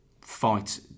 fight